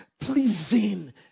pleasing